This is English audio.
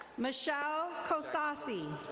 michelle cosassi.